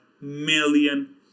million